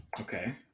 Okay